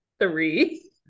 three